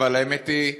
אבל האמת היא,